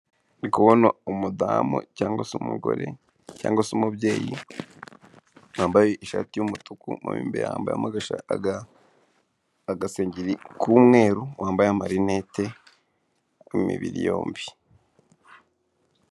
Ndi kubona umudamu cyangwa se umugore cyangwa se umubyeyi, wambaye ishati y'umutuku mo imbere yambaye agasengeri k'umweru wambaye marinete w'imibiri yombi.